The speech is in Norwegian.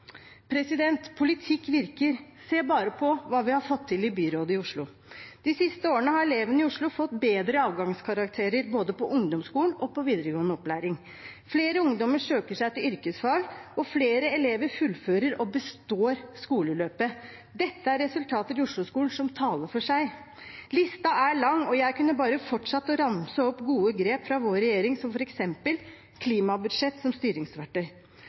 Politikk virker – se bare på hva vi har fått til i byrådet i Oslo. De siste årene har elevene i Oslo fått bedre avgangskarakterer både på ungdomsskolen og i videregående opplæring. Flere ungdommer søker seg til yrkesfag, og flere elever fullfører og består skoleløpet. Dette er resultater i Osloskolen som taler for seg. Listen er lang, og jeg kunne bare fortsatt å ramse opp gode grep fra vår regjering, som f.eks. klimabudsjett som styringsverktøy.